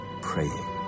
praying